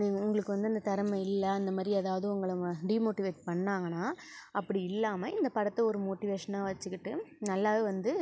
நீங்கள் உங்களுக்கு வந்து இந்த திறம இல்லை அந்த மாரி எதாவது உங்கள வ டீமோட்டிவேட் பண்ணாங்கனா அப்படி இல்லாமல் இந்த படத்தை ஒரு மோட்டிவேஷனாக வச்சிக்கிட்டு நல்லாவே வந்து